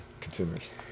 consumers